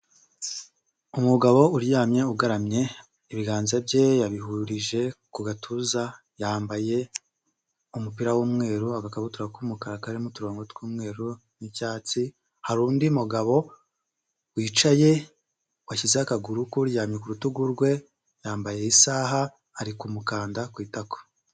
Umugabo uryamye ugaramye ibiganza bye yabihurije ku gatuza yambaye umupira w'umweru agakabutura k'umukara karimo uturongo tw'umweru n'icyatsi, hari undi mugabo wicaye washyize akaguru k'ukuryamye ku rutugu rwe yambaye isaha ari kumukanda ku itako.